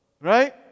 Right